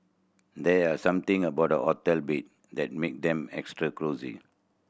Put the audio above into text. there are something about hotel bed that make them extra cosy